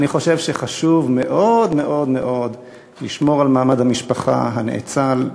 אני חושב שחשוב מאוד מאוד מאוד לשמור על מעמד המשפחה הנאצל,